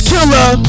Killer